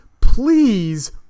please